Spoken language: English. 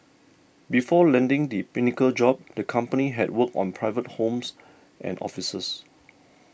before landing the pinnacle job the company had worked on private homes and offices